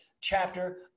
chapter